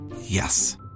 Yes